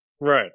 Right